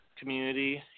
community